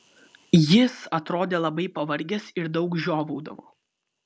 jis atrodė labai pavargęs ir daug žiovaudavo